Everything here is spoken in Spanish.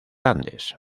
andes